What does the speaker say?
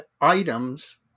items